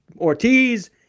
Ortiz